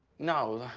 no,